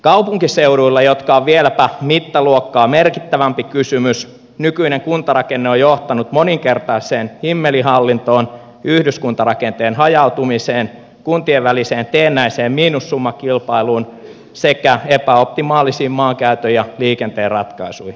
kaupunkiseuduilla jotka ovat vieläpä mittaluokkaa merkittävämpi kysymys nykyinen kuntarakenne on johtanut moninkertaiseen himmelihallintoon yhdyskuntarakenteen hajautumiseen kuntien väliseen teennäiseen miinussummakilpailuun sekä epäoptimaalisiin maankäytön ja liikenteen ratkaisuihin